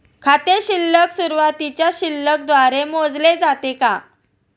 खाते शिल्लक सुरुवातीच्या शिल्लक द्वारे मोजले जाते का?